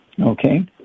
okay